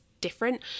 different